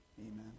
Amen